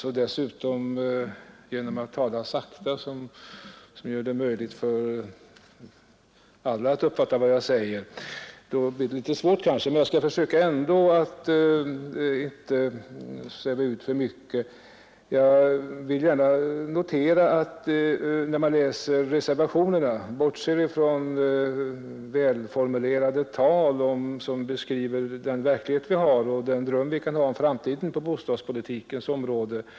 Men eftersom jag ämnar försöka tala sakta för att göra det möjligt för andra att uppfatta vad jag säger blir det kanske litet svårt att hinna bemöta allt. Jag skall dock försöka att inte sväva ut för mycket. I välformulerade tal har beskrivits å ena sidan verkligheten och å andra 37 sidan de drömmar man kan ha om framtiden på bostadspolitikens område.